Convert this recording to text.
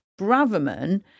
Braverman